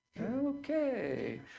okay